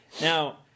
Now